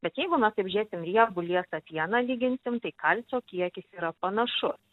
bet jeigu mes taip žiūrėsim riebų liesą pieną lyginsim tai kalcio kiekis yra panašus